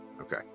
Okay